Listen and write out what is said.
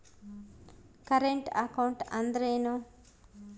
Current account ಅಂದರೇನು?